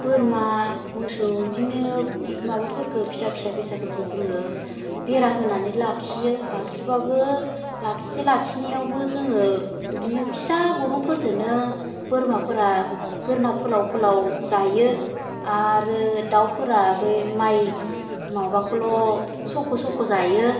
बोरमा मोसौ बिदिनो माबाफोरखौ फिसा फिसाफोरखौ जोङो बेरा होनानै लाखियो लाखिबाबो लाखिसे लाखिनायावबो जोङो बिदिनो फिसा गुदुंफोरजोंनो बोरमाफोरा गोदना फोलाव फोलाव जायो आरो दाउफोरा बे माइ माबाखौल' सख' सख' जायो